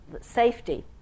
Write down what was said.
Safety